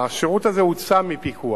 השירות הזה הוצא מפיקוח.